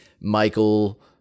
Michael